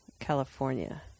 California